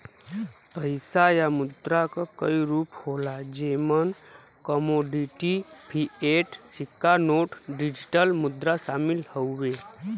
पइसा या मुद्रा क कई रूप होला जेमन कमोडिटी, फ़िएट, सिक्का नोट, डिजिटल मुद्रा शामिल हउवे